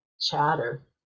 chatter